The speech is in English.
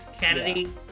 Kennedy